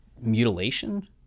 mutilation